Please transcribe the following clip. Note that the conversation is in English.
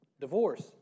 Divorce